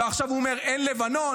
ועכשיו הוא אומר שאין לבנון.